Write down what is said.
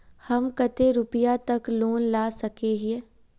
हम कते रुपया तक लोन ला सके हिये?